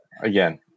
again